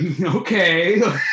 okay